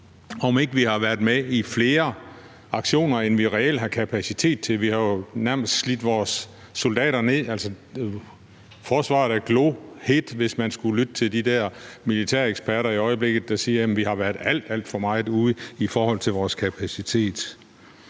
vi ikke har været med i flere aktioner, end vi reelt har kapacitet til. Vi har jo nærmest slidt vores soldater ned. Vi kan i øjeblikket høre forsvarseksperter udtale, at forsvaret er glohedt, og at vi har været alt for meget ude i forhold til vores kapacitet.